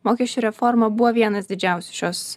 mokesčių reforma buvo vienas didžiausių šios